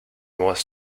was